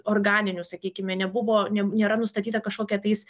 organinių sakykime nebuvo nėra nustatyta kažkokia tais